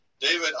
David